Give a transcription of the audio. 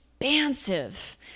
Expansive